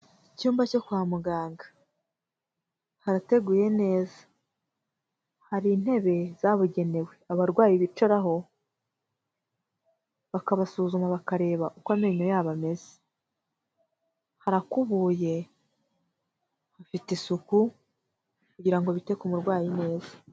Icyumba cyo kwa muganga. Harateguye neza. Hari intebe zabugenewe. Abarwayi bicaraho bakabasuzuma bakareba uko amenyo yabo ameze. Harakubuye, hafite isuku kugira ngo bite ku murwayi neza.